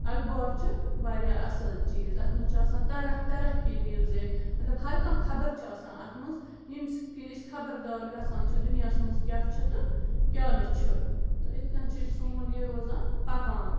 اخبار چھِ واریاہ اصٕل چیٖز اَتھ منٛز چھِ آسان طرح طرح کی نِوزے مطلب ہر کانٛہہ خبرچھِ آسان اَتھ منٛز ییٚمِس کِنۍ أسۍ خبردار گَژھان چھِ دُنیاہس منٛز کیٛاہ چھِ تہٕ کیٛاہ نہٕ چھِ تہٕ یِتھ کٔنۍ چھِ یہِ سون یہِ روزان پَکان